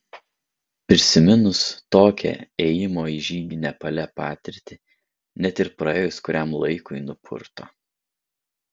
prisiminus tokią ėjimo į žygį nepale patirtį net ir praėjus kuriam laikui nupurto